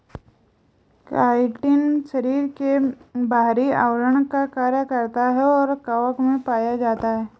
chitin शरीर के बाहरी आवरण का कार्य करता है और कवक में पाया जाता है